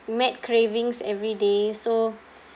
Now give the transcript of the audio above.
mad cravings every day so